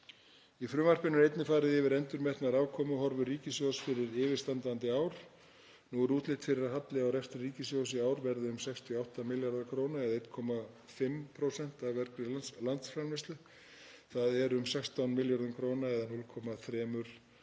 Í frumvarpinu er einnig farið yfir endurmetnar afkomuhorfur ríkissjóðs fyrir yfirstandandi ár. Nú er útlit fyrir að halli á rekstri ríkissjóðs í ár verði um 68 milljarðar kr., eða 1,5% af vergri landsframleiðslu. Það er um 16 milljörðum kr., eða 0,3%